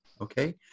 okay